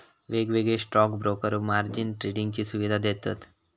वेगवेगळे stock broker margin ट्रेडिंगची सुवीधा देतत